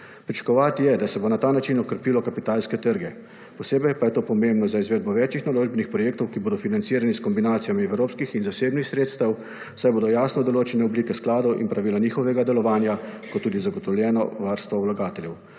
Pričakovati je, da se bo na ta način okrepilo kapitalske trge, posebej pa je to pomembno za izvedbo več naloženih projektov, ki bodo financirani s kombinacijami evropskih in zasebnih sredstev, **4. TRAK: (SC) – 9.15** (nadaljevanje) saj bodo jasno določene oblike skladov in pravila njihove delovanja kot tudi zagotovljeno varstvo vlagateljev.